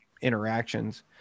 interactions